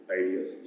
ideas